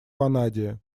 ванадия